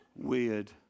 Weird